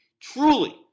truly